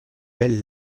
belles